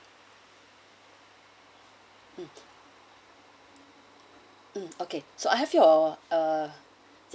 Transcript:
mm mm okay so I have your uh